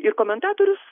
ir komentatorius